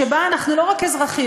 שבה אנחנו לא רק אזרחיות,